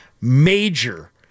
major